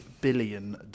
billion